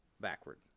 backward